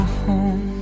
home